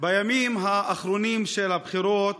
בימים האחרונים של הבחירות